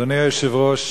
אדוני היושב-ראש,